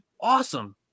awesome